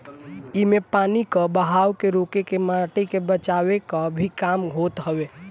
इमे पानी कअ बहाव के रोक के माटी के बचावे कअ भी काम होत हवे